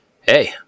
Hey